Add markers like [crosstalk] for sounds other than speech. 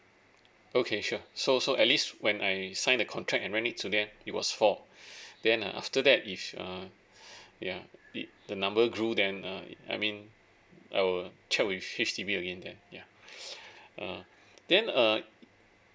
okay sure so so at least when I signed the contract and rent it to them it was four [breath] then uh after that if uh [breath] ya it the number grew then uh I mean I will check with H_D_B again then ya [breath] uh then uh